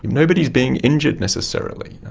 nobody is being injured necessarily,